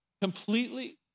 completely